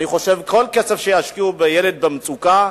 אני חושב שכל כסף שישקיעו בילד במצוקה,